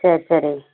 சரி சரி